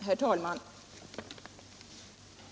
Herr talman!